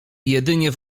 jedynie